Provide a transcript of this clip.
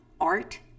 art